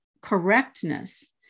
correctness